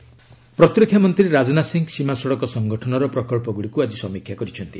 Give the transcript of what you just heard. Rajnath review meeting ପ୍ରତିରକ୍ଷା ମନ୍ତ୍ରୀ ରାଜନାଥ ସିଂହ ସୀମା ସଡ଼କ ସଂଗଠନର ପ୍ରକଳ୍ପଗୁଡ଼ିକୁ ଆଜି ସମୀକ୍ଷା କରିଛନ୍ତି